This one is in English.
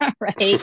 Right